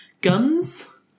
guns